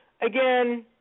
again